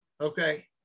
Okay